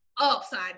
upside